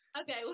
Okay